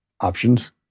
options